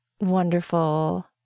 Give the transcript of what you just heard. wonderful